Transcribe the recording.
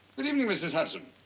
good evening, mrs. hudson.